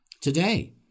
today